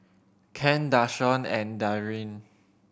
Ken Dashawn and Darryn